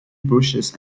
bushes